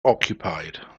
occupied